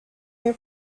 your